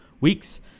weeks